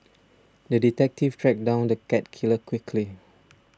the detective tracked down the cat killer quickly